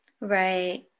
right